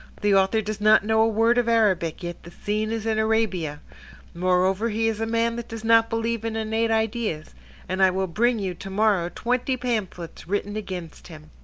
the author does not know a word of arabic, yet the scene is in arabia moreover he is a man that does not believe in innate ideas and i will bring you, to-morrow, twenty pamphlets written against him.